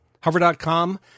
Hover.com